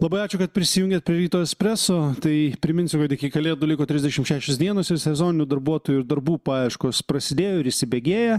labai ačiū kad prisijungėt prie ryto espreso tai priminsiu kad iki kalėdų liko trisdešim šešios dienos ir sezoninių darbuotojų ir darbų paieškos prasidėjo ir įsibėgėja